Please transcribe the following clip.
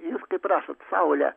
jūs kaip rašot saulę